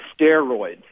steroids